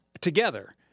together